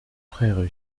frère